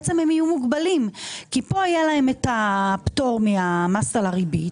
הן יהיו מוגבלות כי כאן היה להן את הפטור מהמס על הריבית